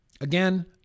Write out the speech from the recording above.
Again